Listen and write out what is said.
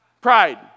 Pride